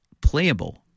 playable